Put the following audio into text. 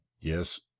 yes